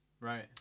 Right